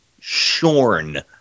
shorn